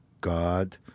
God